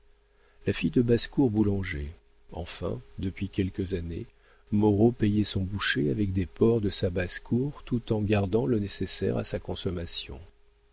la fille de basse-cour boulangeait enfin depuis quelques années moreau payait son boucher avec des porcs de sa basse-cour tout en gardant le nécessaire à sa consommation